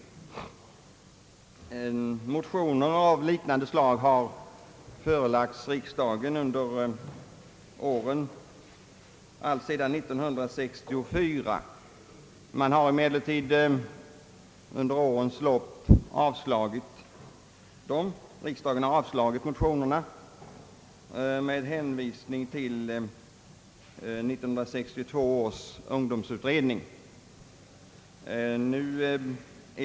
Motioner av liknande slag har förelagts riksdagen under åren alltsedan 1964. Riksdagen har emellertid avslagit alla dessa motioner med hänvisning till 1962 års ungdomsutredning.